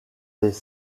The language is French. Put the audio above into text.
des